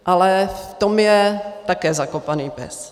Ale v tom je také zakopaný pes.